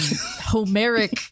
Homeric